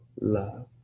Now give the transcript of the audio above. love